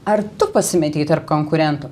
ar tu pasimetei tarp konkurentų